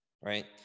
right